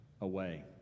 away